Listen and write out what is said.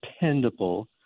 dependable